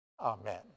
Amen